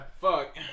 Fuck